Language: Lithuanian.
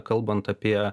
kalbant apie